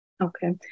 Okay